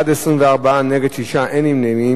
בעד, 24, נגד, 6, אין נמנעים.